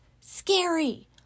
Scary